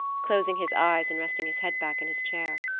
closing his eyes and resting his head back in his chair.